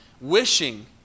wishing